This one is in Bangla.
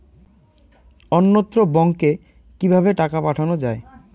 অন্যত্র ব্যংকে কিভাবে টাকা পাঠানো য়ায়?